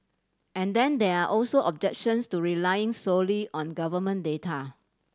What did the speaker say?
and then there are also objections to relying solely on government data